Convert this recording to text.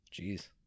Jeez